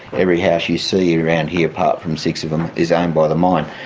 every house you see around here, apart from six of them, is owned by the mine,